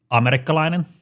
amerikkalainen